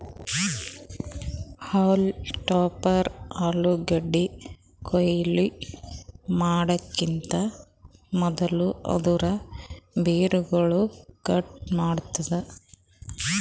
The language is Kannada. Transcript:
ಹೌಲ್ಮ್ ಟಾಪರ್ ಆಲೂಗಡ್ಡಿ ಕೊಯ್ಲಿ ಮಾಡಕಿಂತ್ ಮದುಲ್ ಅದೂರ್ ಬೇರುಗೊಳ್ ಕಟ್ ಮಾಡ್ತುದ್